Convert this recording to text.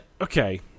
okay